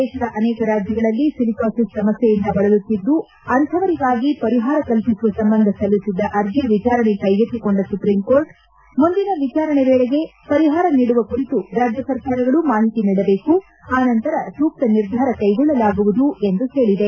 ದೇಶದ ಅನೇಕ ರಾಜ್ಯಗಳಲ್ಲಿ ಜನರು ಸಿಲಿಕಾಸಿಸ್ ಸಮಸ್ಯೆಯಿಂದ ಬಳಲುತ್ತಿದ್ದು ಅಂತವರಿಗಾಗಿ ಪರಿಹಾರ ಕಲ್ಪಿಸುವ ಸಂಬಂಧ ಸಲ್ಲಿಸಿದ್ದ ಅರ್ಜಿಯ ವಿಚಾರಣೆ ಕೈಗೆತ್ತಿಕೊಂಡ ಸುಪ್ರೀಂಕೋರ್ಟ್ ಮುಂದಿನ ವಿಚಾರಣೆ ವೇಳೆಗೆ ಪರಿಹಾರ ನೀಡುವ ಕುರಿತು ರಾಜ್ಯ ಸರ್ಕಾರಗಳು ಮಾಹಿತಿ ನೀಡಬೇಕು ಆ ನಂತರ ಸೂಕ್ತ ನಿರ್ಧಾರ ಕೈಗೊಳ್ಳಲಾಗುವುದು ಎಂದು ಹೇಳಿದೆ